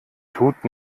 tut